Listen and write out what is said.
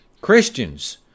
Christians